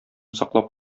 саклап